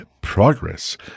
progress